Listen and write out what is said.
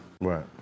Right